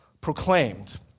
proclaimed